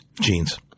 Jeans